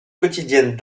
quotidienne